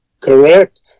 correct